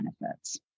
benefits